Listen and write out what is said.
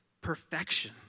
perfection